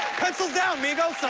pencils down, migos. so